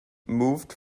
moved